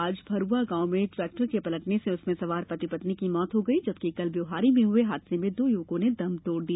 आज भरुआ गांव में टैक्टर के पलटने से उसमे सवार पति पत्नि की मौत हो गई जबकि कल ब्यौहारी में हुए हादसे में दो युवकों ने दम तोडा